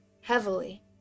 heavily